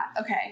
Okay